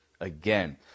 again